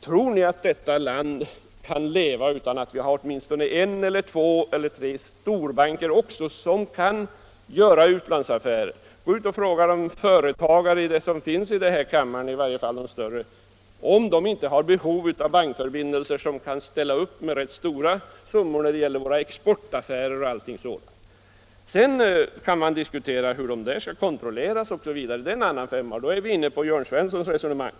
Tror ni att detta land kan leva utan att vi har åtminstone en, två eller tre storbanker som kan göra utlandsaffärer? Fråga de företagare som finns i denna kammare -— i varje fall de större — om de inte har behov av banker som kan ställa upp med rätt stora summor när det gäller exportaffärer och sådant! Sedan kan man diskutera hur dessa banker skall kontrolleras osv. Det är en annan femma, och då är vi inne på Jörn Svenssons resonemang.